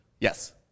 Yes